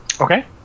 Okay